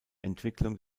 entwicklung